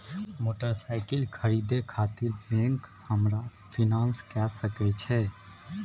Motorcycle खरीदे खातिर bank हमरा फिनांस कय सके छै?